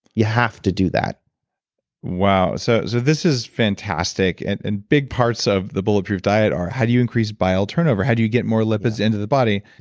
you have to do that wow. so so this is fantastic. and and big parts of the bulletproof diet are, how do you increase bile turnover? how do you get more lipids into the body?